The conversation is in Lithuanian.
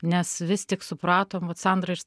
nes vis tik supratom vat sandra ir